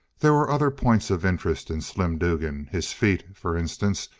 there were other points of interest in slim dugan his feet, for instance,